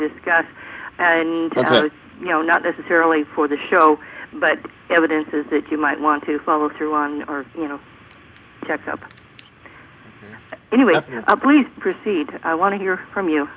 discuss and you know not necessarily for the show but evidence is that you might want to follow through on you know check up anyway please proceed i want to hear from you